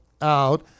out